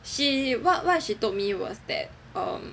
she what what she told me was that um